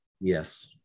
Yes